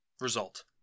result